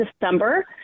December